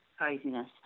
craziness